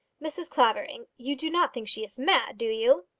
mrs. clavering, you do not think she is mad do you?